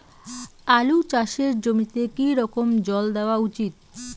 আলু চাষের জমিতে কি রকম জল দেওয়া উচিৎ?